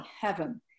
heaven